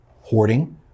Hoarding